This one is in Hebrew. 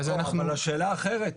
אבל השאלה אחרת,